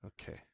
okay